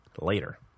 later